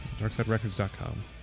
darksiderecords.com